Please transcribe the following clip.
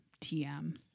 TM